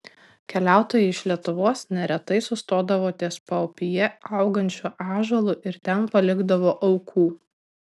keliautojai iš lietuvos neretai sustodavo ties paupyje augančiu ąžuolu ir ten palikdavo aukų